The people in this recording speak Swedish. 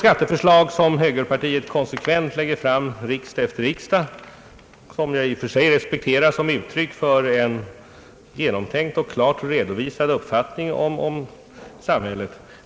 Högerpartiet lägger konsekvent fram skatteförslag riksdag efter riksdag, vilka förslag jag i och för sig respekterar som uttryck för en genomtänkt och klart redovisad uppfattning om samhället.